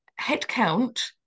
headcount